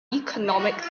economic